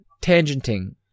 tangenting